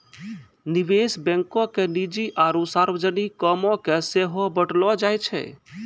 निवेश बैंको के निजी आरु सार्वजनिक कामो के सेहो बांटलो जाय छै